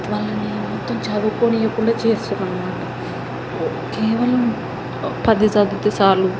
వాళ్ళని మొత్తం చదువుకోనియ్యకుండా చేస్తున్నారు అనమాట కేవలం పది చదివితే చాలు